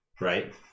right